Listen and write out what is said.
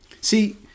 See